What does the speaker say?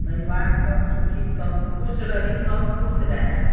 परिवारसभ सुखी सभ खुश रही सभ खुश रहए